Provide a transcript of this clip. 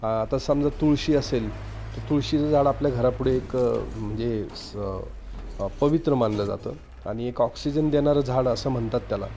आता समजा तुळशी असेल तरं तुळशीचं झाड आपल्या घरापुढे एक म्हणजे स पवित्र मानलं जातं आणि एक ऑक्सिजन देणारं झाड असं म्हणतात त्याला